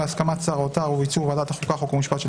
בהסכמת שר האוצר ובאישור ועדת החוקה חוק ומשפט של